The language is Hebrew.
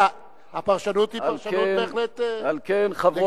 הפרשנות היא פרשנות בהחלט לגיטימית.